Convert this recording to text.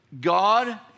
God